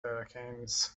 hurricanes